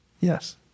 Yes